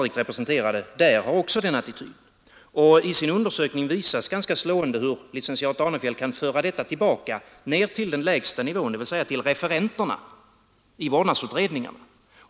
I sin undersökning visar licentiat Danefjäll hur detta kan föras tillbaka till den lägsta nivån, dvs. ned till referenterna i vårdnadsutredningarna.